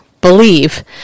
believe